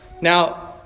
Now